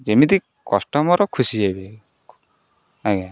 ଯେମିତି କଷ୍ଟମର ଖୁସି ହେବେ ଆଜ୍ଞା